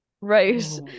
Right